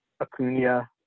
Acuna